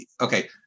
okay